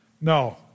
No